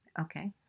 Okay